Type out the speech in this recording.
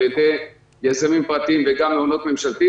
על ידי יזמים פרטיים וגם מעונות ממשלתיים